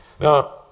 Now